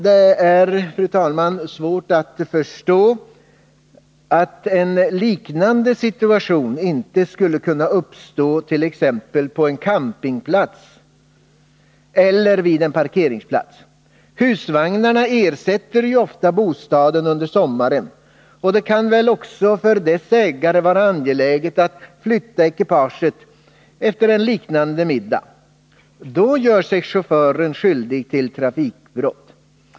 Det är, fru talman, svårt att förstå att en liknande situation inte skulle kunna uppstå t.ex. på en campingplats eller vid en parkeringsplats. Husvagnarna ersätter ju ofta bostaden under sommaren, och det kan väl också för deras ägare vara angeläget att flytta på ekipaget efter en liknande middag. Då gör sig chauffören skyldig till trafikbrott.